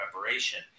preparation